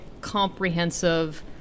comprehensive